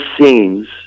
scenes